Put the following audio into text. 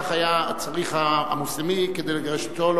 כך היה צריך המוסלמי כדי לגרש את אשתו,